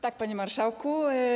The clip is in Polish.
Tak, panie marszałku.